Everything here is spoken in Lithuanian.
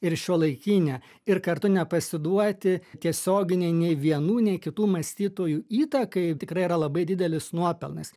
ir šiuolaikinę ir kartu nepasiduoti tiesioginei nei vienų nei kitų mąstytojų įtakai tikrai yra labai didelis nuopelnas